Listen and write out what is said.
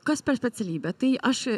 kas per specialybė tai aš